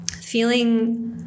feeling